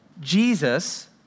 Jesus